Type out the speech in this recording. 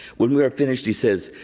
when we are finished he says,